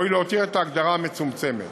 ראוי להותיר את ההגדרה המצומצמת.